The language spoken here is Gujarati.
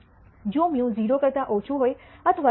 જો μ 0 કરતા ઓછું હોય અથવા 0